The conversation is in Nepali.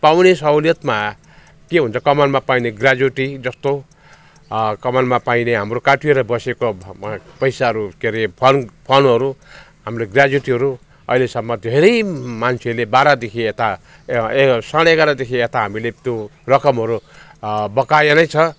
पाउने सहुलियतमा के हुन्छ कमानमा पाइने गेजेटी जस्तो कमानमा पाइने हाम्रो काटिएर बसेको पैसाहरू के अरे फन्ड फन्डहरू हाम्रो गेजेटीहरू अहिलेसम्म धेरै मान्छेले बाह्रदेखि यता ए साढे एघारदेखि यता हामीले त्यो रकमहरू बकाया नै छ